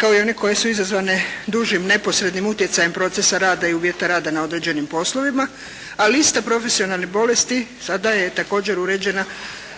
kao i onih koje su izazvane dužim neposrednim utjecajem procesa rada i uvjeta rada na određenim poslovima, a lista profesionalnih bolesti sada je također uređena